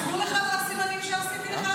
עזרו לך הסימנים שעשיתי לך?